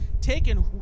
taken